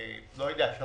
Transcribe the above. לי אם זה